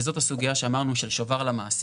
וזאת הסוגיה שאמרנו של שובר למעסיק,